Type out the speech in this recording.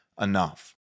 enough